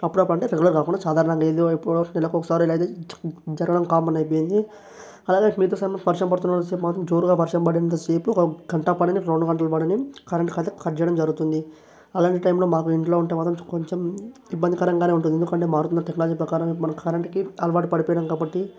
అప్పుడప్పుడంటే regular కాకుండా సాధారణంగా ఏదోవైపు నెలకొకసారి ఇలా అయితే జరగడం కామన్ అయిపోయింది అలాగే మిగతా సమయం వర్షం పడుతున్నంతసేపు మాత్రం జోరుగా వర్షం పడేంతసేపు ఒక గంట పడని రెండు గంటలు పడని కరెంట్ అయితే కట్ చెయ్యడం జరుగుతుంది అలాంటి టైమ్లో మాకు ఇంట్లో ఉంటే మాత్రం కొంచెం ఇబ్బందికరంగానే ఉంటుంది ఎందుకంటే మారుతున్న టెక్నాలజీ ప్రకారం మనం కరెంట్కి అలవాటు పడిపోయాము కాబట్టి